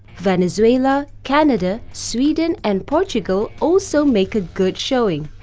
venezuela, canada, sweden and portugal also make a good showing.